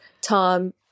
Tom